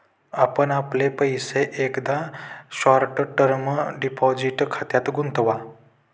आपण आपले पैसे एकदा शॉर्ट टर्म डिपॉझिट खात्यात गुंतवा